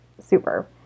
Super